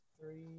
Three